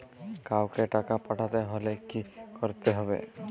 কাওকে টাকা পাঠাতে হলে কি করতে হবে?